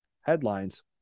Headlines